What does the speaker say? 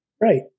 Right